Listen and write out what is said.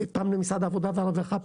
פעם למשרד העבודה והרווחה,